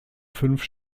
fünf